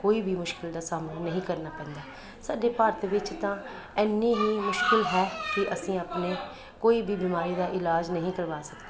ਕੋਈ ਵੀ ਮੁਸ਼ਕਿਲ ਦਾ ਸਾਹਮਣਾ ਨਹੀਂ ਕਰਨਾ ਪੈਂਦਾ ਸਾਡੇ ਭਾਰਤ ਵਿੱਚ ਤਾਂ ਇੰਨੀ ਹੀ ਮੁਸ਼ਕਿਲ ਹੈ ਕਿ ਅਸੀਂ ਆਪਣੇ ਕੋਈ ਵੀ ਬਿਮਾਰੀ ਦਾ ਇਲਾਜ ਨਹੀਂ ਕਰਵਾ ਸਕਦੇ